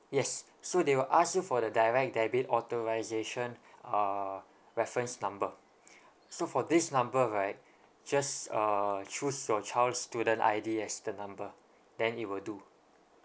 yes so they will ask you for the direct debit authorisation uh reference number so for this number right just uh choose your child's student I_D as the number then it will do